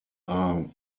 are